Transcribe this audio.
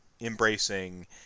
embracing